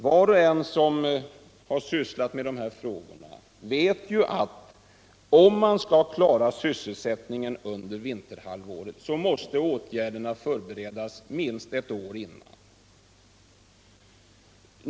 Var och en som har sysslat med dessa frågor vet ju, att om man skall klara sysselsättningen under vinterhalvåret måste åtgärderna förberedas minst ett år innan.